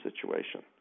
situation